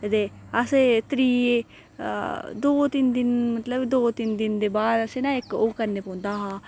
ते असें त्री दो दो तिन्न दिन मतलब दो तिन्न दिन दे बाद असें ना इक ओह् करने पौंदा हा